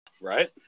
Right